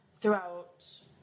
throughout